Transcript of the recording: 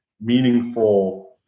meaningful